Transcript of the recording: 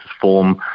form